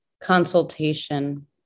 Consultation